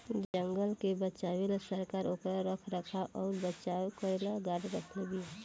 जंगल के बचावे ला सरकार ओकर रख रखाव अउर बचाव करेला गार्ड रखले बिया